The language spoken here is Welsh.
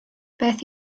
beth